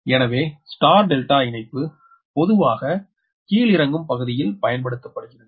எனவே star delta இணைப்பு பொதுவாக கீழிறக்கும் பகுதியில் பயன்படுத்தப்படுகிறது